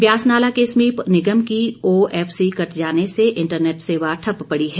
व्यासनाला के समीप निगम की ओएफसी कट जाने से इंटरनेट सेवा ठप्प पड़ी है